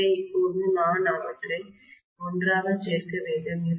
எனவே இப்போது நான் அவற்றை ஒன்றாக சேர்க்க வேண்டும்